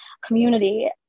community